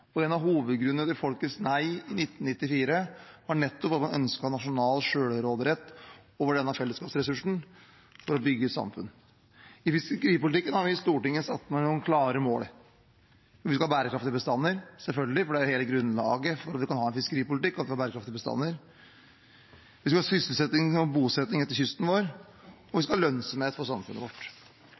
En av hovedgrunnene til folkets nei i 1994 var nettopp at man ønsket nasjonal selvråderett over denne fellesskapsressursen for å bygge samfunnet. I fiskeripolitikken har vi i Stortinget satt noen klare mål. Vi skal selvfølgelig ha bærekraftige bestander, for hele grunnlaget for at man kan ha en fiskeripolitikk, er at man har bærekraftige bestander. Vi skal ha sysselsetting og bosetting langs kysten vår, og vi skal ha lønnsomhet for samfunnet vårt.